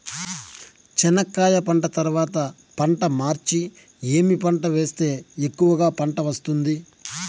చెనక్కాయ పంట తర్వాత పంట మార్చి ఏమి పంట వేస్తే ఎక్కువగా పంట వస్తుంది?